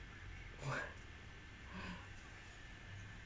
what